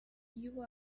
you